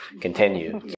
continue